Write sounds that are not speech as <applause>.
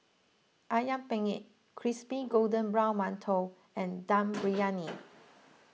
Ayam Penyet Crispy Golden Brown Mantou and <noise> Dum Briyani